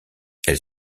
elle